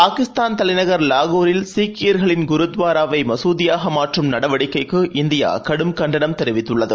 பாகிஸ்தான தலைநகர் வாகூரில் சீக்கியர்களின் குருத்வாராவை மசூதியாக மாற்றும் நடவடிக்கைக்கு இந்தியா கடும் கண்டனம் தெரிவித்துள்ளது